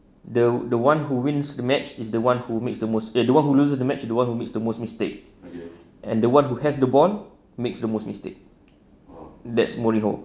the the one who wins the match is the one who makes the most the one who lose the match the one who makes the most mistake and the one who has the ball makes the most mistake that's mourinho